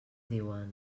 diuen